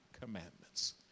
commandments